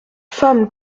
femme